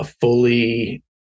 fully